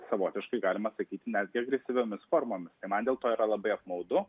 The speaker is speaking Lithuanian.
savotiškai galima sakyti netgi agresyviomis formomis tai man dėl to yra labai apmaudu